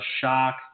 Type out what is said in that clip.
shock